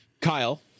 Kyle